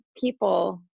people